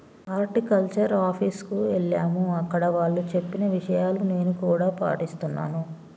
horticulture office కు ఎల్లాము అక్కడ వాళ్ళు చెప్పిన విషయాలు నేను కూడా పాటిస్తున్నాను